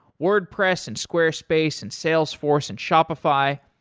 wordpress and squarespace and salesforce and shopify,